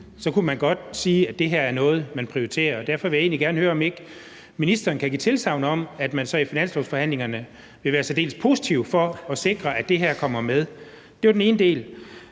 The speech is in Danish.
kunne man godt sige, at det her var noget, man prioriterede. Derfor vil jeg egentlig gerne høre, om ikke ministeren kan give tilsagn om, at man så i finanslovsforhandlingerne vil være særdeles positiv over for at sikre, at det her kommer med. Det var den ene del.